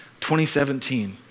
2017